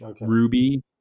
Ruby